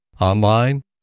Online